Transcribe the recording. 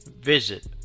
visit